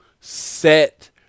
set